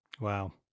Wow